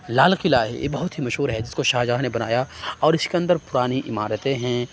لال قلعہ ہے یہ بہت ہی مشہور ہے جس کو شاہجہاں نے بنایا اور اِس کے اندر پرانی عمارتیں ہیں